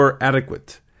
adequate